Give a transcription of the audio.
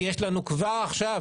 כי יש לנו כבר עכשיו,